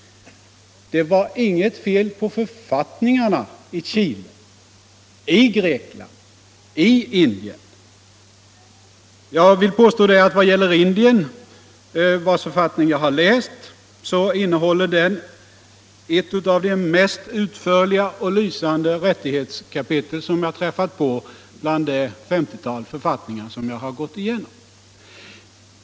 Det var inget fel på författningarna i Chile, Grekland eller Indien. Jag vill påstå att Indiens författning, som jag har läst, innehåller ett av de mest utförliga rättighetskapitel som jag har träffat på i det femtiotal författningar som jag har gått igenom.